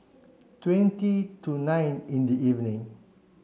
twenty to nine in the evening